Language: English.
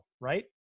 Right